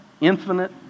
infinite